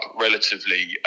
relatively